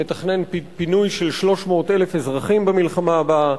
שמתכנן פינוי של 300,000 תושבים במלחמה הבאה.